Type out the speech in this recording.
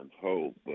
hope